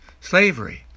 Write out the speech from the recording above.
slavery